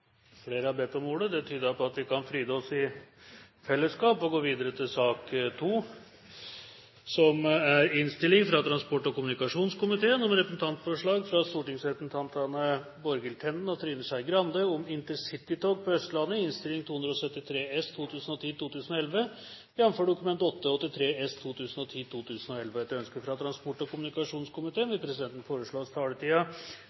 Flere har ikke bedt om ordet til sak nr. 1. Det tyder på at vi kan fryde oss i fellesskap og gå videre til sak nr. 2. Etter ønske fra transport- og kommunikasjonskomiteen